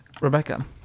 Rebecca